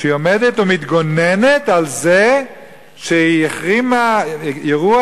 שהיא עומדת ומתגוננת על זה שהיא החרימה אירוע